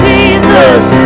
Jesus